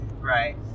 Right